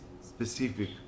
specific